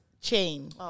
chain